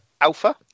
Alpha